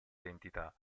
identità